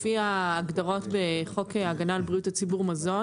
לפי ההגדרות בחוק הגנה על בריאות הציבור (מזון)